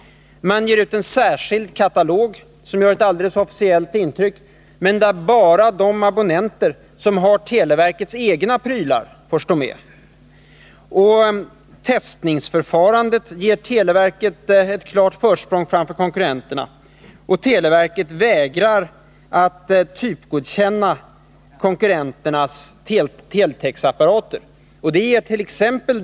Man ger ut en särskild katalog som ger ett mycket officiellt intryck, men där bara de abonnenter får stå med som har televerkets egna prylar. Testningsförfarandet ger televerket ett klar försprång framför konkurrenterna. Televerket vägrar att typgodkänna konkurrenternas teletexapparater. Det gert.ex.